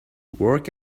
work